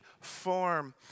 form